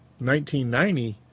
1990